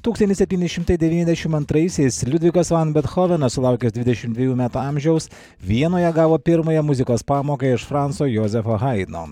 tūkstantis septyni šimtai devyniasdešim antraisiais liudvikas van bethovenas sulaukęs dvidešim dviejų metų amžiaus vienoje gavo pirmąją muzikos pamoką iš franco jozefo haidno